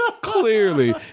Clearly